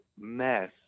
mess